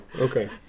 Okay